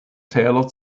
täler